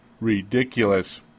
ridiculous